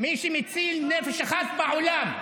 מי שמציל נפש אחת בעולם.